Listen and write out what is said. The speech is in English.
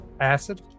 acid